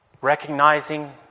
recognizing